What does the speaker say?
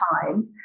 time